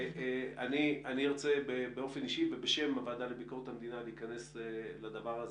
אני ארצה באופן אישי ובשם הוועדה לביקורת המדינה להיכנס לדבר הזה.